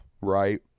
right